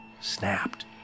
snapped